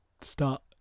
start